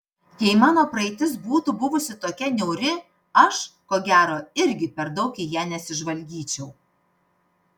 jei mano praeitis būtų buvusi tokia niauri aš ko gero irgi per daug į ją nesižvalgyčiau